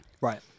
right